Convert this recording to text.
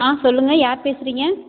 ஆ சொல்லுங்கள் யார் பேசுகிறீங்க